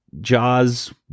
Jaws